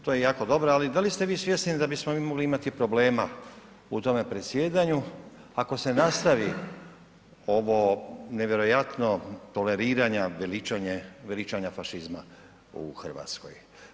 To je jako dobro, ali da li ste vi svjesni da bismo mi mogli imati problema u tome predsjedanju ako se nastavi ovo nevjerojatno, toleriranja, veličanja fašizma u Hrvatskoj?